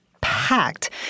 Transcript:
packed